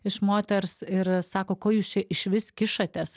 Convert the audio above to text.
iš moters ir sako ko jūs čia išvis kišatės